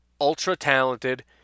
ultra-talented